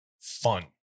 fun